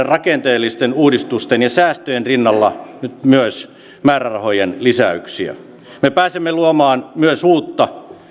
rakenteellisten uudistusten ja säästöjen rinnalla nyt myös määrärahojen lisäyksiä me pääsemme luomaan myös uutta